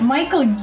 Michael